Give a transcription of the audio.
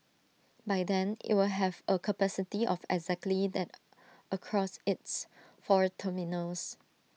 by then IT will have A capacity of exactly that across its four terminals